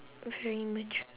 very matured